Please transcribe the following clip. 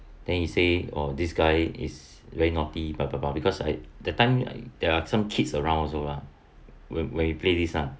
then he say oh this guy is very naughty bla bla bla because I that time I there are some kids around also lah when when we play this ah